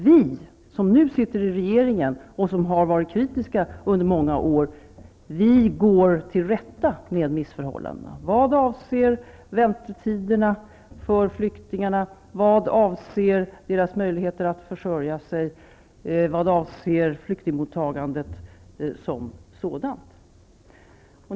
Vi som nu sitter i regeringen och som under många år har varit kritiska går nu till rätta med missförhållandena, vad avser väntetiderna för flyktingarna, vad avser deras möjligheter att försörja sig, vad avser flyktingmottagandet som sådant.